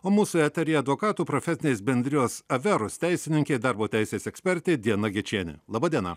o mūsų eteryje advokatų profesinės bendrijos aferos teisininkė darbo teisės ekspertė diana gečienė laba diena